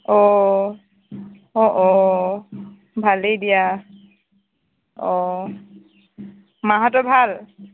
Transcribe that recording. অ অ অ ভালেই দিয়া অ মাহঁতৰ ভাল